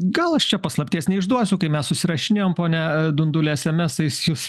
gal aš čia paslapties neišduosiu kai mes susirašinėjom pone dunduli esemesais jūs